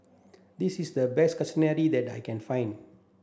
this is the best Kushiyaki that I can find